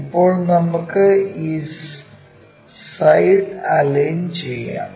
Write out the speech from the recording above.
ഇപ്പോൾ നമുക്കു ഈ സൈഡ് അലൈൻ ചെയ്യാം